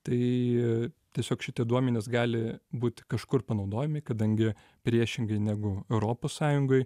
tai tiesiog šitie duomenys gali būti kažkur panaudojami kadangi priešingai negu europos sąjungoj